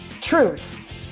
Truth